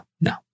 no